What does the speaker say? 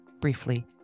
briefly